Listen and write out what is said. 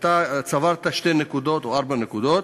אתה צברת שתי נקודות או ארבע נקודות.